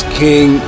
king